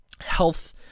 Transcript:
health